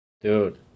dude